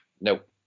Nope